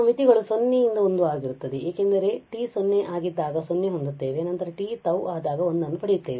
ಆದ್ದರಿಂದ ನಮ್ಮ ಮಿತಿಗಳು 0 ರಿಂದ 1 ಆಗಿರುತ್ತವೆ ಏಕೆಂದರೆ t 0 ಆಗಿದ್ದಾಗ 0 ಹೊಂದುತ್ತೇವೆ ಮತ್ತು ನಂತರ t τ ಆದಾಗ 1 ನ್ನು ಪಡೆಯುತ್ತೇವೆ